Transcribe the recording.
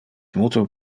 multo